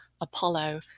Apollo